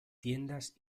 tiendas